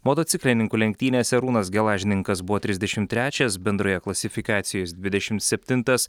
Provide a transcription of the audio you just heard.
motociklininkų lenktynėse arūnas gelažninkas buvo trisdešim trečias bendroje klasifikacijoj jis dvidešim septintas